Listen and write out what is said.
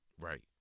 Right